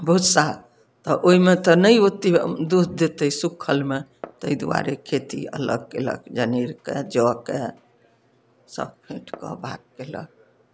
भुस्सा तऽ ओहिमे तऽ नहि ओते दूध देतै सुक्खल मे ताहि दुआरे खेती अलग केलक जनेर के जौ के सब फेट कऽ बाग़ कैलक